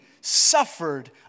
suffered